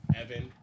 Evan